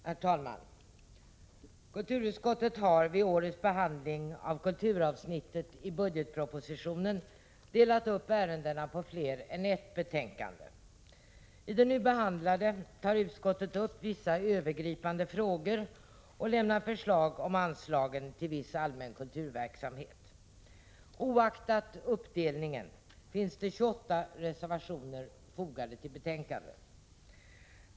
Herr talman! Kulturutskottet har vid årets behandling av kulturavsnittet av budgetpropositionen delat upp ärendena på fler än ett betänkande. I det nu behandlade tar utskottet upp vissa övergripande frågor och lämnar förslag om anslagen till allmän kulturverksamhet. Oaktat uppdelningen finns det 28 reservationer fogade till betänkandet.